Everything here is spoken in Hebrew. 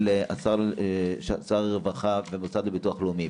של הביטוח הלאומי,